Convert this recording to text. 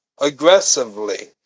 aggressively